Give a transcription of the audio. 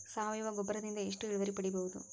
ಸಾವಯವ ಗೊಬ್ಬರದಿಂದ ಎಷ್ಟ ಇಳುವರಿ ಪಡಿಬಹುದ?